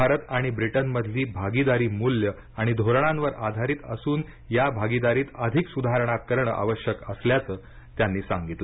भारत आणि ब्रिटनमधली भागीदारी मूल्य आणि धोरणांवर आधारित असून या भागीदारीत अधिक सुधारणा करणं आवश्यक असल्याचं जयशंकर म्हणाले